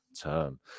term